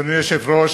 אדוני היושב-ראש,